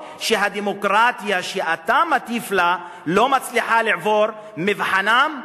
שהדמוקרטיה שאתה מטיף לה לא מצליחה לעבור את מבחנן,